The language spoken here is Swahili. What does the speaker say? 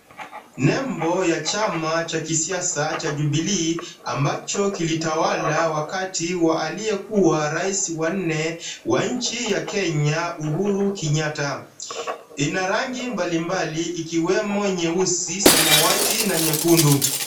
Nembo ya chama cha kisiasa cha Jubilee ambacho kilitawala wakati wa aliyekuwa rais wa nne wa nchi ya Kenya Uhuru Kenyatta. Ina rangi mbalimbali ikiwemo nyeusi, samawati na nyekundu.